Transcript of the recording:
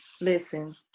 Listen